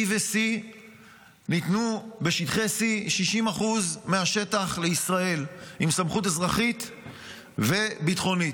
B ו-C ניתנו בשטחי C 60% מהשטח לישראל עם סמכות אזרחית וביטחונית.